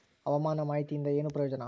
ಹವಾಮಾನ ಮಾಹಿತಿಯಿಂದ ಏನು ಪ್ರಯೋಜನ?